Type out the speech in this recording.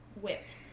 whipped